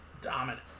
dominant